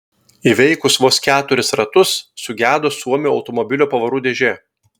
įveikus vos keturis ratus sugedo suomio automobilio pavarų dėžė